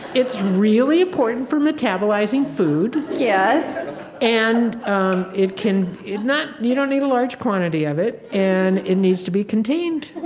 it's really important for metabolizing food yes and it can not you don't need a large quantity of it. and it needs to be contained